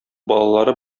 балалары